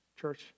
Church